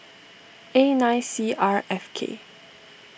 A nine C R F K